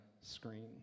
screen